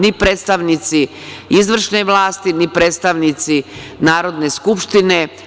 Ni predstavnici izvršne vlasti, ni predstavnici Narodne skupštine…